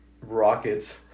rockets